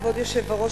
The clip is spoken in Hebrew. כבוד היושב-ראש,